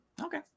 Okay